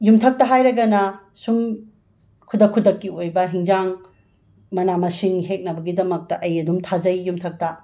ꯌꯨꯝꯊꯛꯇ ꯍꯥꯏꯔꯒꯅ ꯁꯨꯝ ꯈꯨꯗꯛ ꯈꯨꯗꯛꯀꯤ ꯑꯣꯏꯕ ꯍꯤꯟꯖꯥꯡ ꯃꯅꯥ ꯃꯁꯤꯡ ꯍꯦꯛꯅꯕꯒꯤꯗꯃꯛꯇ ꯑꯩ ꯑꯗꯨꯝ ꯊꯥꯖꯩ ꯌꯨꯝꯊꯛꯇ